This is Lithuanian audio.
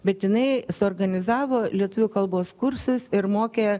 bet jinai suorganizavo lietuvių kalbos kursus ir mokė